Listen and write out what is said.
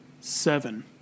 seven